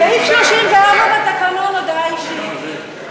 סעיף 34 בתקנון, הודעה אישית.